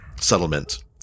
settlement